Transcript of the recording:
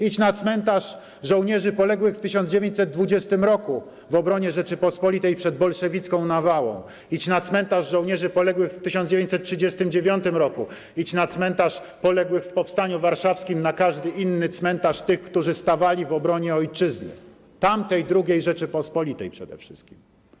Idź na cmentarz żołnierzy poległych w 1920 r. w obronie Rzeczypospolitej przed bolszewicką nawałą, idź na cmentarz żołnierzy poległych w 1939 r., idź na cmentarz poległych w powstaniu warszawskim, na każdy inny cmentarz tych, którzy stawali w obronie Ojczyzny, tamtej II Rzeczypospolitej przede wszystkim.